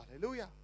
hallelujah